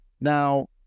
Now